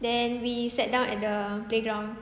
then we sat down at the playground